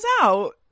out